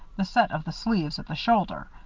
the set of the sleeves at the shoulder.